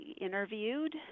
interviewed